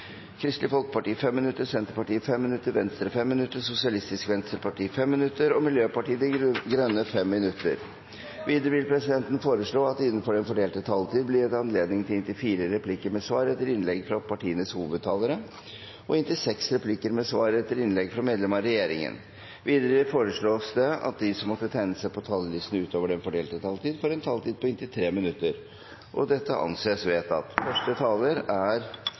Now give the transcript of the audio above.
Kristelig Folkeparti 5 minutter, Senterpartiet 5 minutter, Venstre 5 minutter, Sosialistisk Venstreparti 5 minutter, Miljøpartiet De Grønne 5 minutter. Videre vil presidenten foreslå at det – innenfor den fordelte taletid – blir gitt anledning til inntil fire replikker med svar etter innlegg fra partienes hovedtalere, og inntil seks replikker med svar etter innlegg fra medlem av regjeringen. Videre foreslås det at de som måtte tegne seg på talerlisten utover den fordelte taletid, får en taletid på inntil 3 minutter. – Det anses vedtatt.